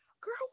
girl